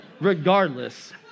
regardless